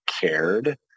cared